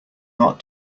not